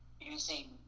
Using